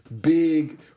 big